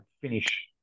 finish